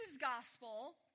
gospel